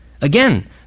Again